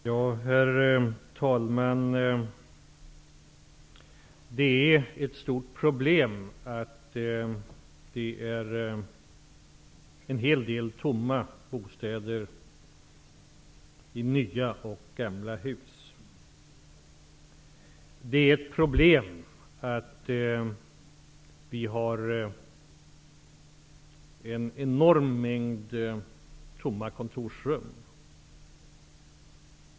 Herr talman! Det är ett stort problem att det finns en hel del tomma bostäder i gamla och nya hus. Det är ett problem att vi har en enorm mängd tomma kontorsrum.